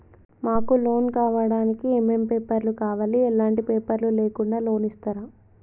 మాకు లోన్ కావడానికి ఏమేం పేపర్లు కావాలి ఎలాంటి పేపర్లు లేకుండా లోన్ ఇస్తరా?